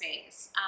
space